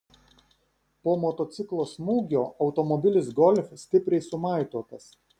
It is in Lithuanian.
po motociklo smūgio automobilis golf stipriai sumaitotas